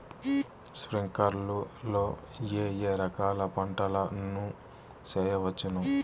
స్ప్రింక్లర్లు లో ఏ ఏ రకాల పంటల ను చేయవచ్చును?